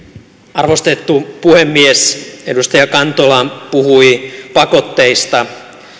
arvostettu puhemies edustaja kantola puhui pakotteista